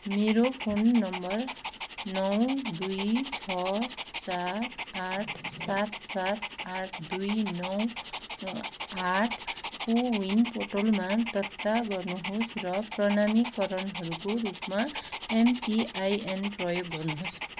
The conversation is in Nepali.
मेरो फोन नम्बर नौ दुई छ चार आठ सात सात आठ दुई नौ आठ कोविन पोर्टलमा दर्ता गर्नुहोस् र प्रणामीकरणहरूको रूपमा एमपिआइएन प्रयोग गर्नुहोस्